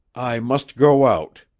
i must go out,